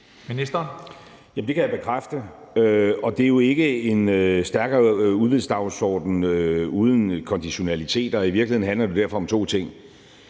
Det kan jeg bekræfte, og det er jo ikke en stærkere udvidelsesdagsorden uden konditionaliteter, og i virkeligheden handler det derfor om to ting: